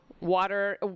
water